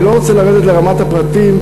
אני לא רוצה לרדת לרמת הפרטים,